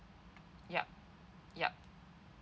yup yup